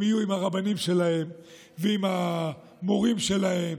הם יהיו עם הרבנים שלהם ועם המורים שלהם,